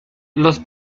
los